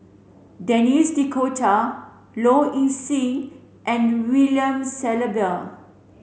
Denis D'Cotta Low Ing Sing and William Shellabear